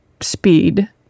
speed